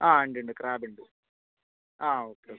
ആ ഉണ്ട് ഉണ്ട് ക്രാബ് ഉണ്ട് ആ ഓക്കെ ഓക്കെ